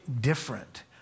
different